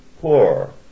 poor